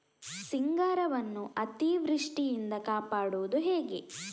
ಸಿಂಗಾರವನ್ನು ಅತೀವೃಷ್ಟಿಯಿಂದ ಕಾಪಾಡುವುದು ಹೇಗೆ?